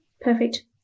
Perfect